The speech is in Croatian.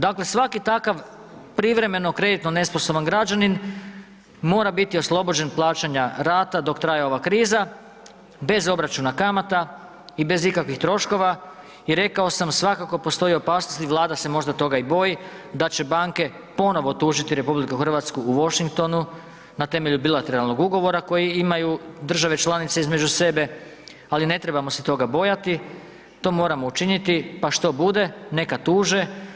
Dakle, svaki takav privremeno kreditno nesposoban građanin mora biti oslobođen plaćanja rata dok traje ova kriza bez obračuna kamata i bez ikakvih troškova i rekao sam svakako postoji opasnost i Vlada se možda toga i boji da će banke ponovo tužiti RH u Washingtonu na temelju bilateralnog ugovora koji imaju države članice između sebe, ali ne trebamo se toga bojati, to moramo učiniti pa što bude, neka tuže.